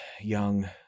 young